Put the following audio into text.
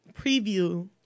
preview